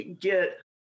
get